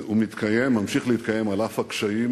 וזה ממשיך להתקיים, על אף הקשיים